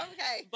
Okay